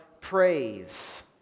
praise